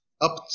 up